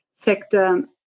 sector